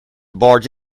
barge